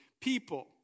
people